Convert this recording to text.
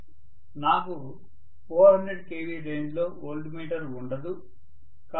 నాకు 400 kV range లో voltmeter ఉండదు